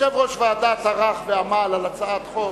יושב-ראש ועדה טרח ועמל על הצעת חוק.